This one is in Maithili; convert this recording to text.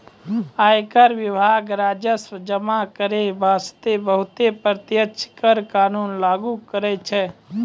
आयकर विभाग राजस्व जमा करै बासतें बहुते प्रत्यक्ष कर कानून लागु करै छै